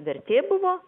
vertė buvo